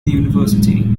university